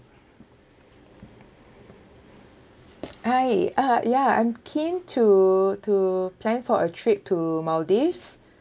hi uh ya I'm keen to to plan for a trip to maldives